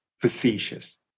facetious